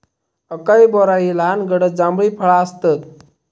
acai berry ही लहान गडद जांभळी फळा आसतत